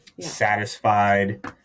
satisfied